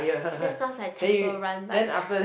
that sounds like temple run but